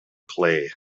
play